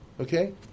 okay